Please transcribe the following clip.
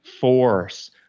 force